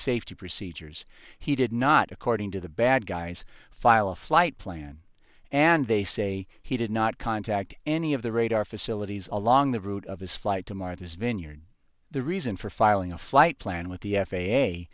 safety procedures he did not according to the bad guys file a flight plan and they say he did not contact any of the radar facilities along the route of his flight to martha's vineyard the reason for filing a flight plan with the f